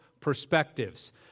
perspectives